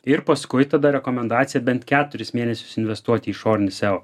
ir paskui tada rekomendacija bent keturis mėnesius investuoti į išorinį seo